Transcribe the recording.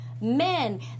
men